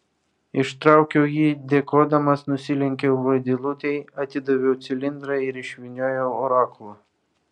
ištraukiau jį dėkodamas nusilenkiau vaidilutei atidaviau cilindrą ir išvyniojau orakulą